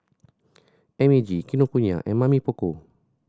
M A G Kinokuniya and Mamy Poko